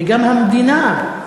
וגם המדינה,